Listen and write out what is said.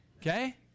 Okay